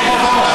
בוא,